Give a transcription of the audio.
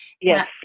Yes